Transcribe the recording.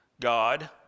God